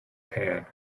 pan